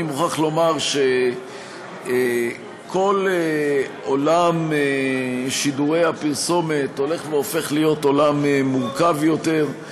אני מוכרח לומר שכל עולם שידורי הפרסומת הולך והופך להיות מורכב יותר,